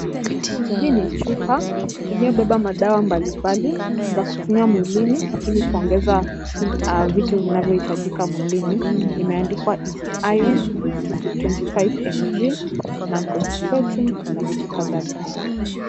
Hii ni chupa iliyobeba madawa mbalimbali za kutumia mwilini ili kuongeza vitu vinavyohitajika mwilini. Imeandikwa: Easy Iron, 225mg, non-constipating na vitu kadhalika.